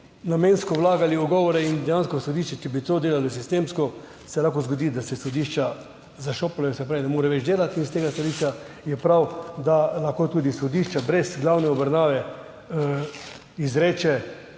namensko vlagali ugovore, in dejansko, če bi to delali sistemsko, se lahko zgodi, da se sodišča zaštopajo, se pravi ne morejo več delati. S tega stališča je prav, da lahko tudi sodišče brez glavne obravnave izreče